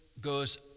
goes